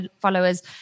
followers